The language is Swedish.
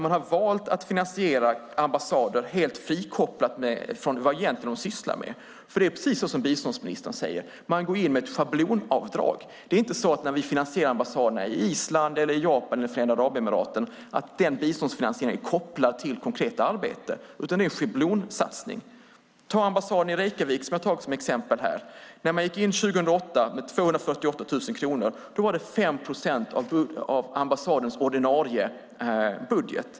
Man har valt att finansiera ambassader helt frikopplat från vad de egentligen sysslar med. Det är precis som biståndsministern säger: Man går in med ett schablonavdrag. Det är inte så att biståndsfinansieringen av ambassaderna i Island, Japan eller Förenade Arabemiraten är kopplad till konkret arbete, utan det är en schablonsatsning. Ambassaden i Reykjavik är ett exempel. När man gick in 2008 med 248 000 kronor var det 5 procent av ambassadens ordinarie budget.